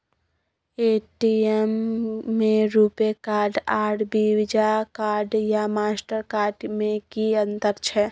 ATM में RuPay card आर Visa card या मास्टर कार्ड में कि अतंर छै?